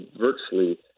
virtually